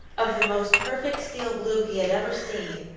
of the most perfect steel blue he had ever seen,